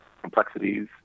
complexities